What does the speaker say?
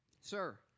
Sir